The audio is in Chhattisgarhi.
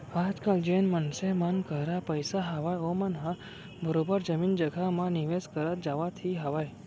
आजकल जेन मनसे मन करा पइसा हावय ओमन ह बरोबर जमीन जघा म निवेस करत जावत ही हावय